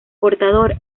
portador